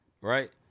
Right